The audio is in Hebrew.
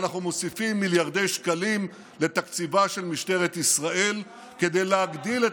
אנו מוסיפים מיליארדי שקלים לתקציבה של משטרת ישראל כדי להגדיל את